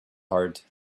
heart